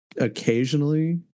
occasionally